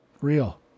Real